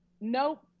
nope